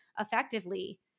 effectively